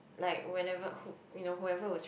like whenever who you know whoever was free